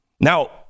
Now